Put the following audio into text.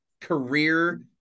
career